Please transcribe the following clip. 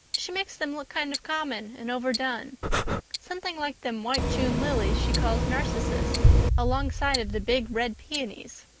she makes them look kind of common and overdone something like them white june lilies she calls narcissus alongside of the big, red peonies,